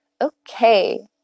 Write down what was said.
Okay